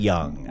Young